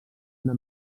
una